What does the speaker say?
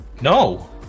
No